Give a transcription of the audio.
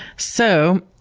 so,